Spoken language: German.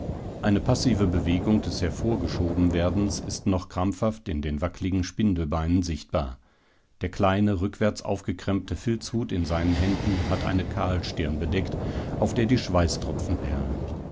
eine passive bewegung des hervorgeschobenwerdens ist noch krampfhaft in den wackligen spindelbeinen sichtbar der kleine rückwärts aufgekrempte filzhut in seinen händen hat eine kahlstirn bedeckt auf der die schweißtropfen perlen